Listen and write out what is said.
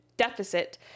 Deficit